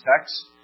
text